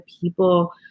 people